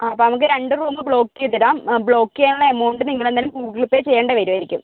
ആ അപ്പം നമുക്ക് രണ്ട് റൂമ് ബ്ലോക്ക് ചെയ്തിടാം ബ്ലോക്ക് ചെയ്യാനൊള്ള എമൗണ്ട് നിങ്ങളെന്തായാലും ഗൂഗിൾ പേ ചെയ്യേണ്ട വരുവായിരിക്കും